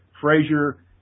Frazier